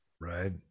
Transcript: Right